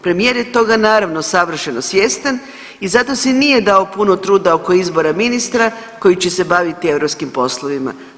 Premijer je toga, naravno, savršeno svjestan i zato si nije dao puno truda oko izbora ministra koji će se baviti europskim poslovima.